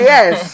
Yes